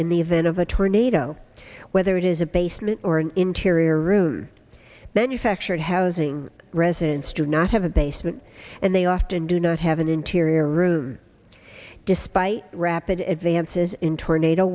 in the event of a tornado whether it is a basement or an interior room manufactured housing residents do not have a basement and they often do not have an interior room despite rapid advances in tornado